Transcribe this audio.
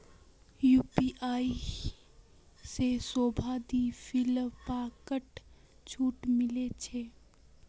UPI से शोभा दी फिलिपकार्टत छूट मिले छे